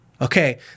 Okay